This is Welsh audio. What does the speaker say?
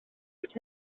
sut